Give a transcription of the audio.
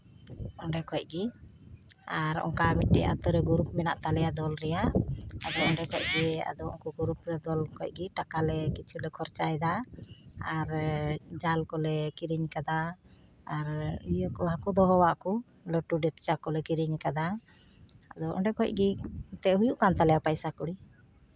ᱚᱸᱰᱮ ᱠᱷᱚᱡ ᱜᱮ ᱟᱨ ᱚᱱᱠᱟ ᱢᱤᱫᱴᱮᱡ ᱟᱛᱳ ᱨᱮ ᱜᱨᱩᱯ ᱢᱮᱱᱟᱜ ᱛᱟᱞᱮᱭᱟ ᱫᱚᱞ ᱨᱮᱭᱟᱜ ᱟᱫᱚ ᱚᱸᱰᱮ ᱠᱷᱚᱡ ᱜᱮ ᱟᱫᱚ ᱩᱱᱠᱩ ᱜᱨᱩᱯ ᱨᱮ ᱫᱚᱞ ᱠᱷᱚᱡ ᱜᱮ ᱴᱟᱠᱟᱞᱮ ᱠᱤᱪᱷᱩᱞᱮ ᱠᱷᱚᱨᱪᱟᱭᱮᱫᱟ ᱟᱨ ᱡᱟᱞ ᱠᱚᱞᱮ ᱠᱤᱨᱤᱧ ᱠᱟᱫᱟ ᱟᱨ ᱤᱭᱟᱹ ᱠᱚ ᱦᱟᱹᱠᱩ ᱫᱚᱦᱚ ᱟᱜ ᱠᱚ ᱞᱟᱹᱴᱩ ᱰᱮᱠᱪᱟ ᱠᱚᱠᱚ ᱠᱤᱨᱤᱧ ᱠᱟᱫᱟ ᱟᱫᱚ ᱮᱱᱛᱮᱜ ᱚᱸᱰᱮ ᱠᱷᱚᱡ ᱜᱮ ᱦᱩᱭᱩᱜ ᱠᱟᱱ ᱛᱟᱞᱮᱭᱟ ᱯᱚᱭᱥᱟᱠᱩᱲᱤ